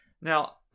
Now